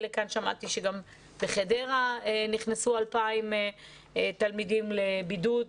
לכאן שמעתי שגם בחדרה נכנסו 2,000 תלמידים לבידוד,